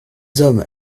hommes